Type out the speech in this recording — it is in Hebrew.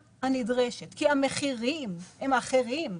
המחירים הם אחרים,